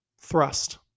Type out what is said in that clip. Thrust